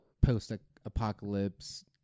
post-apocalypse